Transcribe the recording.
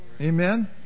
Amen